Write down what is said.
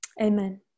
Amen